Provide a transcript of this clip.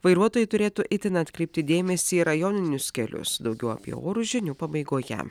vairuotojai turėtų itin atkreipti dėmesį į rajoninius kelius daugiau apie orus žinių pabaigoje